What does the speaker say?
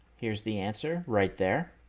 here's the answer right there.